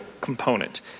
component